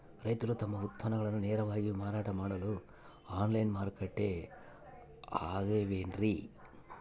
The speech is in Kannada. ರೈತರು ತಮ್ಮ ಉತ್ಪನ್ನಗಳನ್ನ ನೇರವಾಗಿ ಮಾರಾಟ ಮಾಡಲು ಆನ್ಲೈನ್ ಮಾರುಕಟ್ಟೆ ಅದವೇನ್ರಿ?